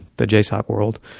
the jasop world,